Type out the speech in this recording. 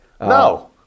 No